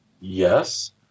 yes